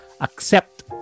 accept